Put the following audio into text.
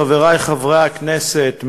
חברי חברי הכנסת,